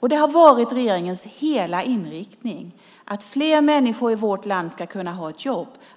Det har varit regeringens hela inriktning att fler människor i vårt land ska kunna ha ett jobb.